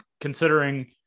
considering